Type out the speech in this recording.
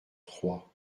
troyes